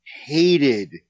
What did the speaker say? hated